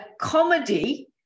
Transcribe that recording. comedy